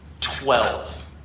Twelve